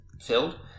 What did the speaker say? filled